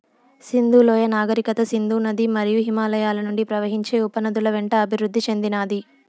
సింధు లోయ నాగరికత సింధు నది మరియు హిమాలయాల నుండి ప్రవహించే ఉపనదుల వెంట అభివృద్ది చెందినాది